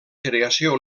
creació